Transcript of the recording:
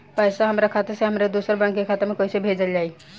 पैसा हमरा खाता से हमारे दोसर बैंक के खाता मे कैसे भेजल जायी?